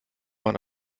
man